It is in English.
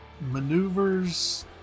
maneuvers